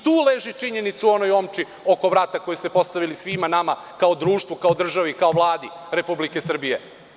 Tu leži činjenica u onoj omči oko vrata koju ste postavili svima nama, kao društvu, kao državi kao Vladi Republike Srbije.